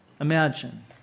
imagine